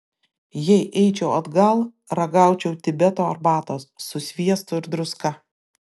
jei eičiau atgal ragaučiau tibeto arbatos su sviestu ir druska